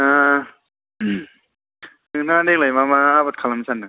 नोंथाङा देग्लाय मा मा आबाद खालामनो सानदों